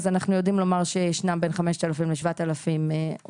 אז אנחנו יודעים לומר שישנם בין 5,000 ל-7,000 עוסקים,